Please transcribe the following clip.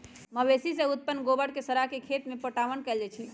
मवेशी से उत्पन्न गोबर के सड़ा के खेत में पटाओन कएल जाइ छइ